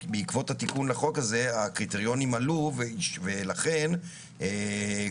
בעקבות התיקון לחוק הזה הקריטריונים עלו ולכן הרבה